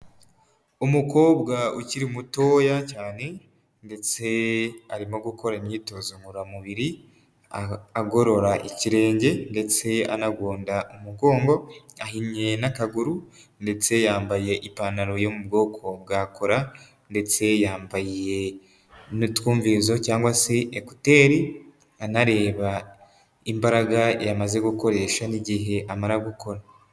Umukobwa ukiri mutoya cyane ndetse arimo gukora imyitozo ngororamubiri, agorora ikirenge ndetse anagonda umugongo. Ahinnye n'akaguru ndetse yambaye ipantaro yo mu bwoko bwa kora, ndetse yambaye n'utwumvirizo cyangwa se écouteur, anareba imbaraga yamaze gukoresha n'igihe amara gukora.